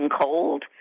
cold